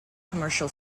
commercial